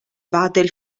vatel